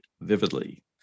vividly